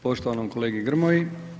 poštovanom kolegi Grmoji.